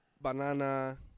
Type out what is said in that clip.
banana